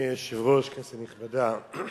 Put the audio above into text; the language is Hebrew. אדוני היושב-ראש, כנסת נכבדה,